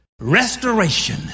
Restoration